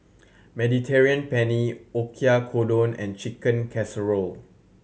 Mediterranean Penne Oyakodon and Chicken Casserole